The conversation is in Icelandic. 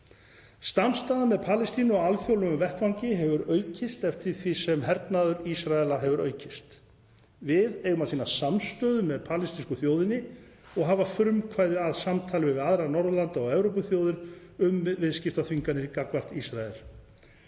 Samstaða með Palestínu á alþjóðlegum vettvangi hefur aukist eftir því sem hernaður Ísraela hefur aukist. Við eigum að sýna samstöðu með palestínsku þjóðinni og hafa frumkvæði að samtali við við aðrar Norðurlanda- og Evrópuþjóðir um viðskiptaþvinganir gagnvart Ísrael.